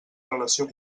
relació